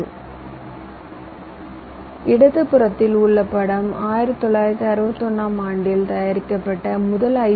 எனவே இடதுபுறத்தில் உள்ள படம் 1961 ஆம் ஆண்டில் தயாரிக்கப்பட்ட முதல் ஐ